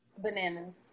Bananas